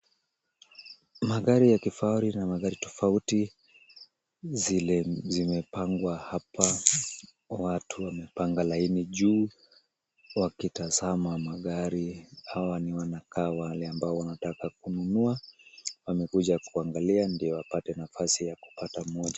Magari ya kifahari na magari tofauti zile zimepangwa hapa, watu wamepanga laini juu wakitazama magari. Hawa wanakaa wale ambao wanataka kununua wamekuja kuangalia ndio wapate nafasi ya kupata moja.